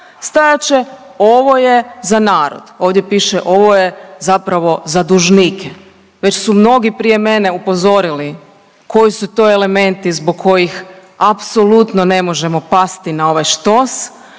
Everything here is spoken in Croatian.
HDZ-a ovo je za narod. Ovdje piše ovo je zapravo za dužnike. Već su mnogi prije mene upozorili koji su to elementi zbog kojih apsolutno ne možemo pasti na ovaj štos